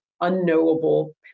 unknowable